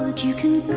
like you can.